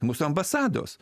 mūsų ambasados